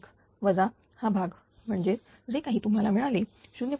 01 वजा हा भाग म्हणजेच जे काही तुम्हाला मिळाले 0